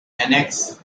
annex